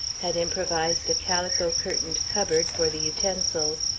had improvised a calico-curtained cupboard for the utensils,